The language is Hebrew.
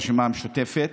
הרשימה המשותפת.